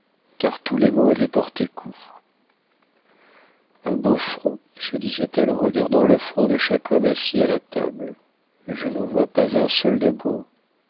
car tous les mots avaient porté coup un beau front se disait-elle en regardant le front de chaque homme assis à la table je n'en vois pas un seul de beau